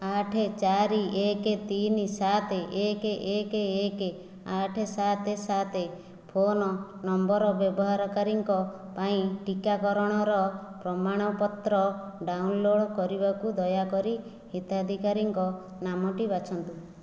ଆଠ ଚାରି ଏକ ତିନି ସାତ ଏକ ଏକ ଏକ ଆଠ ସାତ ସାତ ଫୋନ ନମ୍ବର ବ୍ୟବହାରକାରୀଙ୍କ ପାଇଁ ଟିକାକରଣର ପ୍ରମାଣପତ୍ର ଡାଉନଲୋଡ଼୍ କରିବାକୁ ଦୟାକରି ହିତାଧିକାରୀଙ୍କ ନାମଟି ବାଛନ୍ତୁ